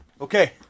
okay